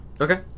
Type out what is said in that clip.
Okay